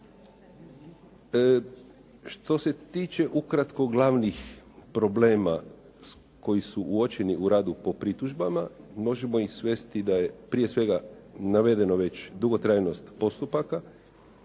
Što se tiče ukratko glavnih problema koji su uočeni u radu po pritužbama možemo ih svesti da je prije svega navedeno već dugotrajnost postupaka,